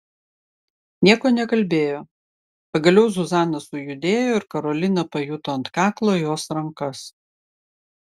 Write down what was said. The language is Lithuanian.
nieko nekalbėjo pagaliau zuzana sujudėjo ir karolina pajuto ant kaklo jos rankas